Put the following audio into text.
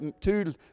two